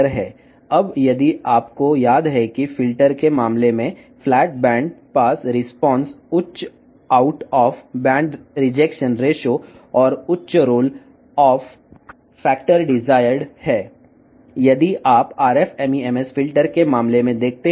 ఇప్పుడు సాధారణంగా మీరు గుర్తుంచుకుంటే ఫిల్టర్ విషయంలో ఫ్లాట్ బ్యాండ్ పాస్ ప్రతిస్పందన బ్యాండ్ తిరస్కరణ నిష్పత్తి నుండి అధిక మరియు అధిక రోల్ ఆఫ్ కారకాన్ని కలిగి ఉండాలని కోరుకుంటారు